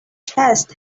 chest